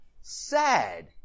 sad